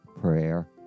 prayer